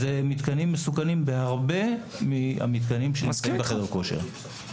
אלו מתקנים מסוכנים בהרבה מהמתקנים שנמצאים בחדר הכושר.